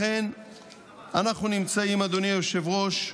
אנחנו נמצאים, אדוני היושב-ראש,